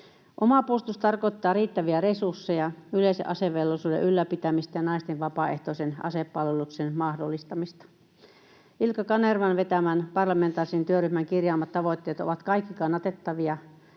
Oma puolustus tarkoittaa riittäviä resursseja, yleisen asevelvollisuuden ylläpitämistä ja naisten vapaaehtoisen asepalveluksen mahdollistamista. Ilkka Kanervan vetämän parlamentaarisen työryhmän kirjaamat tavoitteet ovat kaikki kannatettavia,